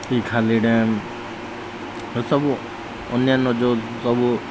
କି ଖାଲି ଡ୍ୟାମ୍ ଏ ସବୁ ଅନ୍ୟାନ୍ୟ ଯେଉଁ ସବୁ